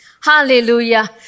Hallelujah